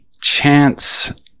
chance